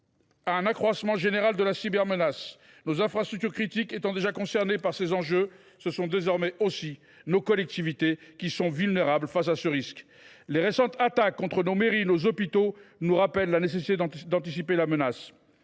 à un accroissement général de la cybermenace. Nos infrastructures critiques sont déjà concernées par ces enjeux. Désormais, nos collectivités sont aussi vulnérables face à ce risque. Les récentes attaques contre nos mairies ou nos hôpitaux nous rappellent qu’il est nécessaire d’anticiper la menace.